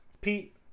pete